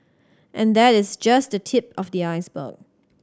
and that is just the tip of the iceberg